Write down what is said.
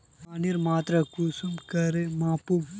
पानीर मात्रा कुंसम करे मापुम?